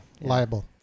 liable